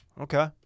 Okay